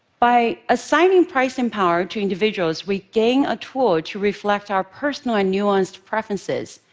by assigning pricing power to individuals, we gain a tool to reflect our personal and nuanced preferences.